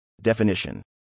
Definition